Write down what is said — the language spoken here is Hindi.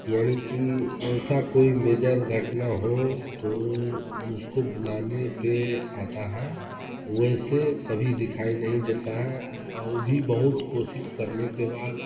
यानी कि ऐसा कोई मेजर घटना हो तो हम उसको बुलाने पर आता है वैसे कभी दिखाई नहीं देता है और भी बहुत कोशिश करने के बाद